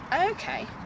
Okay